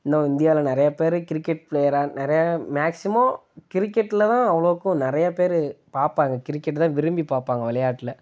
இன்னும் இந்தியாவில் நிறைய பேர் கிரிக்கெட் ப்ளேயராக நிறையா மேக்ஸிமோம் கிரிக்கெட்டில்தான் அவ்வளோக்கும் நிறைய பேர் பார்ப்பாங்க கிரிக்கெட்டைதான் விரும்பி பார்ப்பாங்க விளையாட்டில்